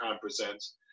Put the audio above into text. presents